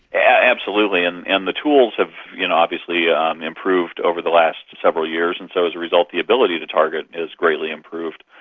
yeah absolutely, and and the tools have you know obviously ah um improved over the last several years, and so as a result the ability to target has greatly improved.